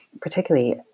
particularly